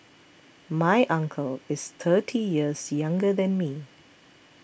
my uncle is thirty years younger than me